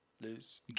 lose